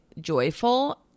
joyful